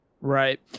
right